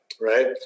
right